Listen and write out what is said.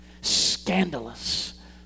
scandalous